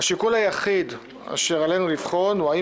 השיקול היחיד אשר עלינו לבחון הוא האם